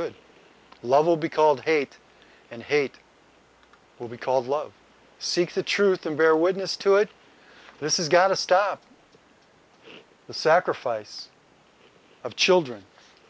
good love will be called hate and hate will be called love seek the truth and bear witness to it this is gotta stop the sacrifice of children